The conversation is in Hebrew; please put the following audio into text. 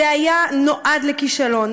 זה נועד לכישלון.